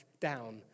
down